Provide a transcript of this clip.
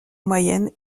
moyenne